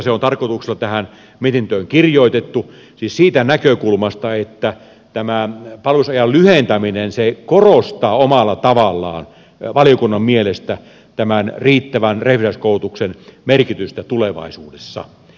se on tarkoituksella tähän mietintöön kirjoitettu siis siitä näkökulmasta että tämä palvelusajan lyhentäminen korostaa omalla tavallaan valiokunnan mielestä tämän riittävän reserviläiskoulutuksen merkitystä tulevaisuudessa